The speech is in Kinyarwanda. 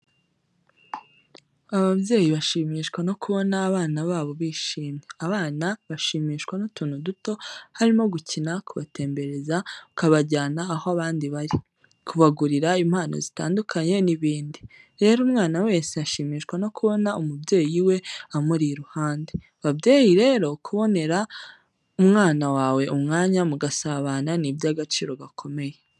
Ababyeyi bashimishwa no kubona abana babo bishimye, abana bashimishwa n'utuntu duto harimo gukina, kubatembereza ukabajyana aho abandi bari, kubagurira impano zitandukanye n'ibindi. Rero umwana wese ashimishwa no kubona umubyeyi we amuri iruhande, babyeyi rero kubonera umwana wawe umwanya mugasabana ni ibyagaciro gakomeye.